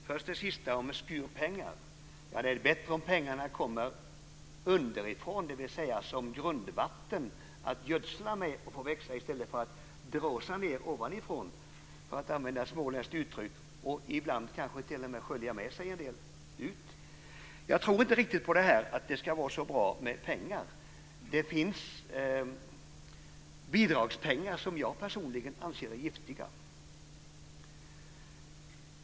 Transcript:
Fru talman! Låt mig först ta upp det sista om en skur pengar. Det är väl bättre om pengarna kommer underifrån, dvs. som grundvatten, att gödsla med för att få det att växa i stället för att dråsa ned ovanifrån och ibland kanske t.o.m. skölja med sig en del, för att använda ett småländsk uttryck. Jag tror inte riktigt på att det ska vara så bra med pengar. Det finns bidragspengar som jag personligen anser är giftiga.